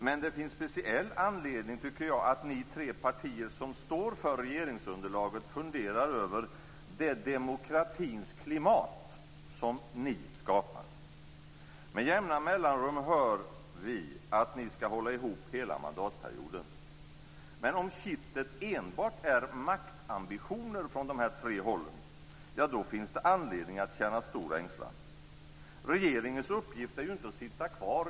Men det finns speciell anledning, tycker jag, att ni tre partier som står för regeringsunderlaget funderar över det demokratins klimat som ni skapar. Med jämna mellanrum hör vi att ni skall hålla ihop hela mandatperioden. Men om kittet enbart är maktambitioner från de här tre hållen, då finns det anledning att känna stor ängslan. Regeringens uppgift är ju inte att sitta kvar.